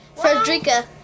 Frederica